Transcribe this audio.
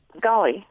Golly